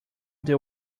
there